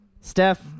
Steph